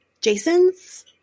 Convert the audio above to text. Jason's